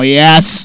yes